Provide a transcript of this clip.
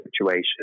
situation